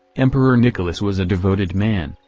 emperor nicholas was a devoted man,